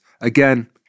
Again